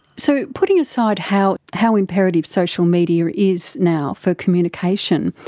so putting aside how how imperative social media is now for communication,